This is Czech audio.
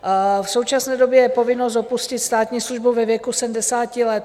V současné době je povinnost opustit státní službu ve věku 70 let.